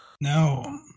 No